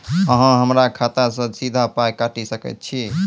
अहॉ हमरा खाता सअ सीधा पाय काटि सकैत छी?